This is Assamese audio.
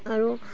আৰু